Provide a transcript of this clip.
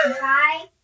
Bye